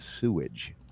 sewage